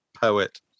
poet